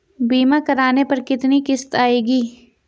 बीमा करने पर कितनी किश्त आएगी?